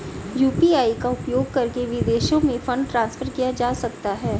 UPI का उपयोग करके विदेशों में फंड ट्रांसफर किया जा सकता है?